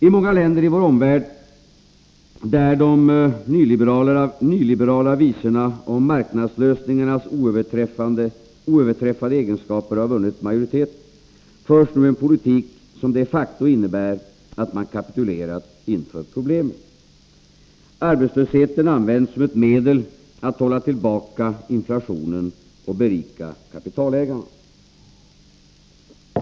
I många länder i vår omvärld, där de nyliberala visorna om marknadslösningarnas oöverträffade egenskaper har vunnit majoritet, förs nu en politik som de facto innebär att man kapitulerat inför problemet. Arbetslösheten används som ett medel att hålla tillbaka inflationen och berika kapitalägarna.